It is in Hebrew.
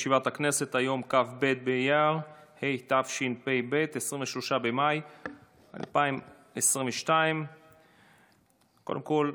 היום כ"ב באייר התשפ"ב, 23 במאי 2022. קודם כול,